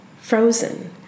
frozen